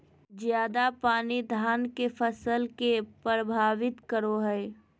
ज्यादा पानी धान के फसल के परभावित करो है?